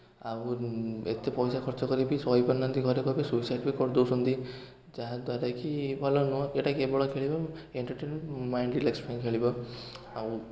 ଆଉ ଏତେ ପଇସା ଖର୍ଚ୍ଚ କରିକି ସହି ପାରୁ ନାହାଁନ୍ତି ଘରେ କହିବା ପାଇଁ ସୁଇସାଈଡ଼୍ ବି କରି ଦେଉଛନ୍ତି ଯାହା ଦ୍ୱାରାକି ଭଲ ନୁହେଁ ଏଇଟା କେବଳ ଖେଳିବ ଏଣ୍ଟରଟେରମେଣ୍ଟ୍ ମାଇଣ୍ଡ୍ ରିଲାକ୍ସ ପାଇଁ ଖେଳିବ ଆଉ